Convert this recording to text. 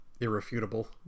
Irrefutable